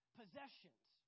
possessions